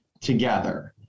together